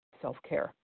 self-care